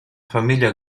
famiglia